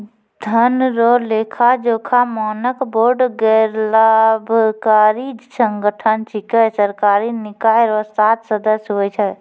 धन रो लेखाजोखा मानक बोर्ड गैरलाभकारी संगठन छिकै सरकारी निकाय रो सात सदस्य हुवै छै